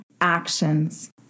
actions